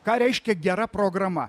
ką reiškia gera programa